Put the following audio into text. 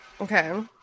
Okay